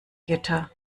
gitter